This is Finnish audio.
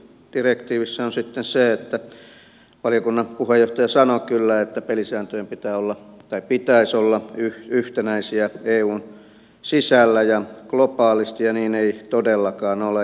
tässä rikkidirektiivissä on sitten se että vaikka valiokunnan puheenjohtaja sanoi kyllä että pelisääntöjen pitäisi olla yhtenäisiä eun sisällä ja globaalisti niin ei todellakaan ole